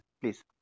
Please